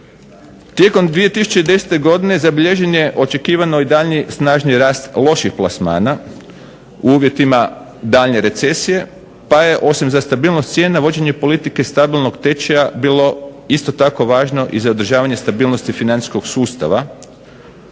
Tijekom 2010. godine zabilježen je očekivano i daljnji snažni rast loših plasmana u uvjetima daljnje recesije pa je osim za stabilnost cijena vođenje politike stabilnog tečaja bilo isto tako važno i za održavanje stabilnosti financijskog sustava,